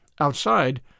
Outside